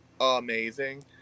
amazing